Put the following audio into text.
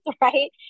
right